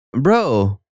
Bro